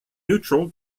neutral